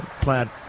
plant